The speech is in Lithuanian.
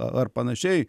ar panašiai